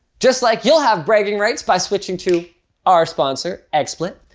just like you'll have bragging rights by switching to our sponsor, xsplit.